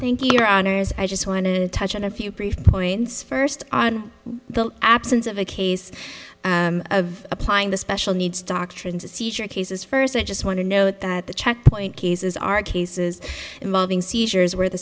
thank you your honor i just want to touch on a few brief points first on the absence of a case of applying the special needs doctrines a seizure of cases first i just want to note that the checkpoint cases are cases involving seizures where the